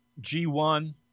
G1